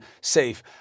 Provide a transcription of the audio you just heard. safe